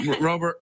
Robert